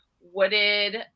wooded